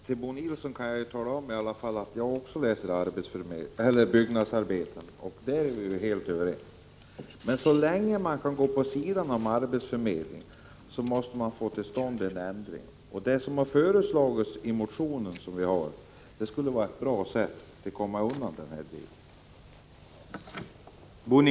Herr talman! Jag kan tala om för Bo Nilsson att också jag läser Byggnadsarbetaren, och vi är helt överens när det gäller den beskrivning av förhållandena i andra länder som gjordes där. Men så länge man kan gå vid sidan av arbetsförmedlingen är det viktigt att arbeta för en förändring. Det vi föreslår i vår motion skulle kunna vara ett bra sätt att ändra på förhållandena.